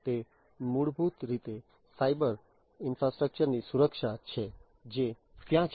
તે મૂળભૂત રીતે સાયબર ઈન્ફ્રાસ્ટ્રક્ચરની સુરક્ષા છે જે ત્યાં છે